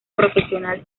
profesional